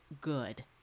good